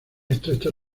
estrechas